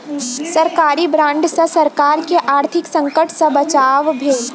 सरकारी बांड सॅ सरकार के आर्थिक संकट सॅ बचाव भेल